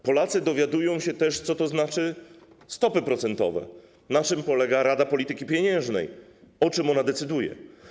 Polacy dowiadują się też, co znaczą stopy procentowe, na czym polega Rada Polityki Pieniężnej, o czym ona decyduje.